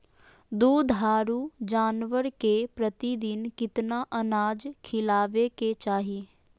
दुधारू जानवर के प्रतिदिन कितना अनाज खिलावे के चाही?